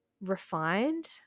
refined